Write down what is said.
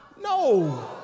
No